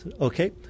Okay